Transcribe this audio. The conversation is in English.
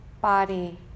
Body